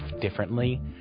differently